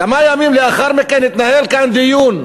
כמה ימים לאחר מכן התנהל כאן דיון,